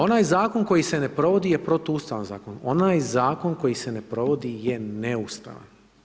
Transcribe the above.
Onaj zakon koji se ne provodi je protuustavan zakon, onaj zakon koji se ne provodi je neustavan.